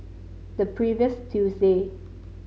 the previous Tuesday